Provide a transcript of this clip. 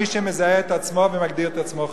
מי שמזהה את עצמו ומגדיר את עצמו חרדי.